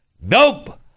Nope